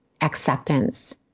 acceptance